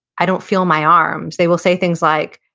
i don't feel my arms, they will say things like,